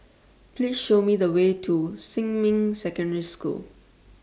Please Show Me The Way to Xinmin Secondary School